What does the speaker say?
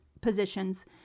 positions